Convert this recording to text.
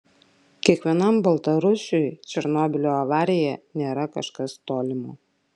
kiekvienam baltarusiui černobylio avarija nėra kažkas tolimo